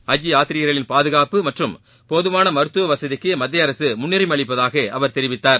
ஹஜ் யாத்தீரிகர்களின் பாதுகாப்பு மற்றும் போதுமான மருத்துவ வசதிக்கு மத்திய அரசு முன்னுரிமை அளிப்பதாக அவர் தெரிவித்தார்